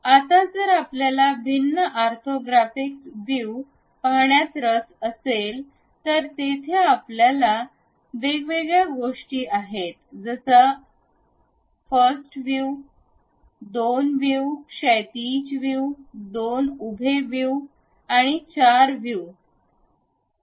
आता जर आपल्याला भिन्न ऑर्थोग्राफिक व्यू पहाण्यात रस असेल तर येथे आपल्याकडे वेगवेगळ्या गोष्टी आहेत ज्यात एक व्यू दोन व्यू क्षैतिज व्यू दोन उभे व्यू आणि चार व्यू आहेत